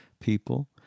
people